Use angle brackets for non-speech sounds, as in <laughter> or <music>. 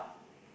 <breath>